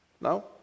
Now